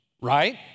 right